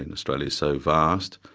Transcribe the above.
and australia is so vast,